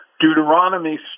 Deuteronomy